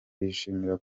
bishimira